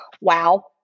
wow